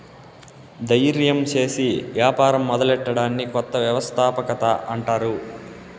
దయిర్యం సేసి యాపారం మొదలెట్టడాన్ని కొత్త వ్యవస్థాపకత అంటారు